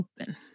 open